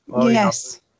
Yes